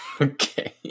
Okay